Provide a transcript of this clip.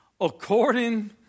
according